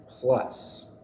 plus